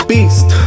Beast